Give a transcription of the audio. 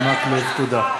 תודה.